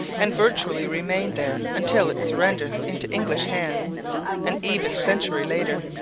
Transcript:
and virtually remained there until its surrender into english hands an even century later.